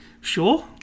Sure